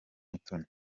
mutoni